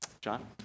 John